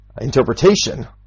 interpretation